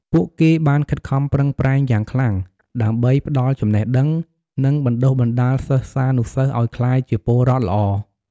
ពួកគេបានខិតខំប្រឹងប្រែងយ៉ាងខ្លាំងដើម្បីផ្តល់ចំណេះដឹង និងបណ្តុះបណ្តាលសិស្សានុសិស្សឱ្យក្លាយជាពលរដ្ឋល្អ។